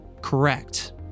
correct